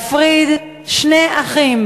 להפריד שני אחים,